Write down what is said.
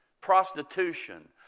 Prostitution